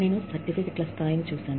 నేను సర్టిఫికేట్ స్థాయిని చూశాను